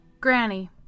Granny